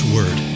Word